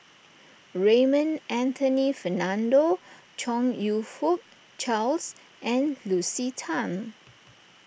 Raymond Anthony Fernando Chong You Fook Charles and Lucy Tan